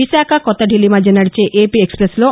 విశాఖ కొత్తదిల్లీ మధ్య నదిచే ఏపీ ఎక్స్పెస్లో